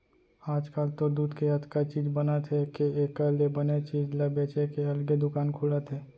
आजकाल तो दूद के अतका चीज बनत हे के एकर ले बने चीज ल बेचे के अलगे दुकान खुलत हे